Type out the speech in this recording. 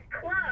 club